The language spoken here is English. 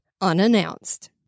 unannounced